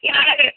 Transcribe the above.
யார்